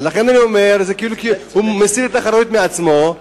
לכן אני אומר שהוא מסיר את האחריות מעצמו.